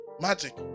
Magic